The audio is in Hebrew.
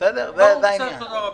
--- תודה רבה.